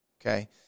okay